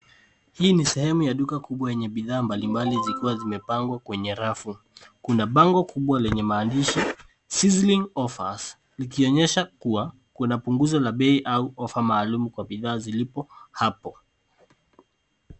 Hii ni sehemu ya duka kubwa yenye bidhaa mbali mbali, zikiwa zimepangwa kwenye rafu. Kuna bango kubwa lenye maandishi, sizzling offers , likionyesha kua kuna punguzo la bei au ofa maalumu kwa bidhaa zilipo hapo.